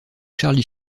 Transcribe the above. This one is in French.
charlie